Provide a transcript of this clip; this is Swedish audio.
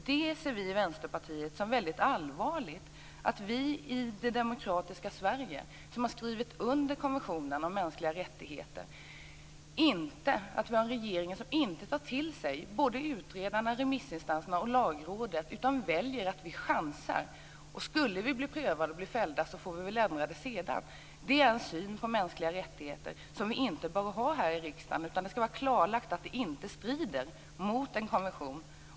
Vänsterpartiet ser det som väldigt allvarligt att vi i det demokratiska Sverige, som har skrivit under konventionen om mänskliga rättigheter, har en regering som varken tar till sig utredarnas, remissinstansernas eller Lagrådets uttalanden. Regeringen väljer att chansa. Skulle man bli prövad och fälld får man väl ändra bestämmelserna senare. Det är en syn på mänskliga rättigheter som vi inte bör ha här i riksdagen. Om man skall anta en bestämmelse skall det vara klarlagt att den inte strider mot någon konvention.